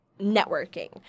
networking